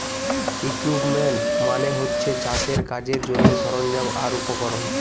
equipment মানে হচ্ছে চাষের কাজের জন্যে সরঞ্জাম আর উপকরণ